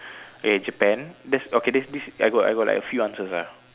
okay Japan there's okay there's this I got I got like a few answer ah